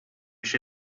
she